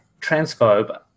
transphobe